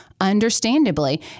Understandably